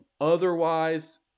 Otherwise